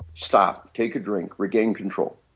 stop, take a drink, regain control.